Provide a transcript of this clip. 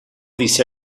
these